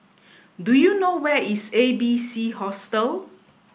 do you know where is A B C Hostel